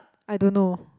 I don't know